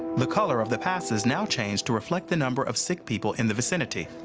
the color of the passes now change to reflect the number of sick people in the vicinity.